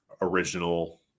original